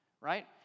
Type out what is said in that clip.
right